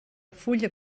fulla